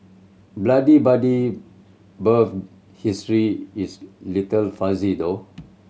blood Buddy birth history is little fuzzy though